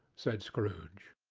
said scrooge.